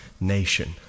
nation